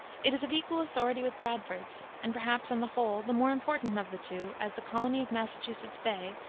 it is of equal authority with bradford's, and perhaps, on the whole, the more important of the two, as the colony of massachusetts bay,